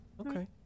Okay